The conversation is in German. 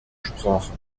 sprache